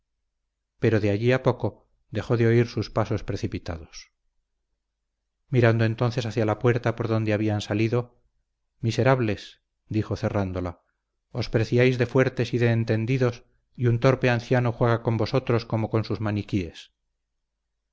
pero de allí a poco dejó de oír sus pasos precipitados mirando entonces hacia la puerta por donde habían salido miserables dijo cerrándola os preciáis de fuertes y de entendidos y un torpe anciano juega con vosotros como con sus maniquíes